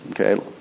okay